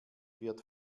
wird